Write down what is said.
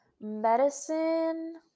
Medicine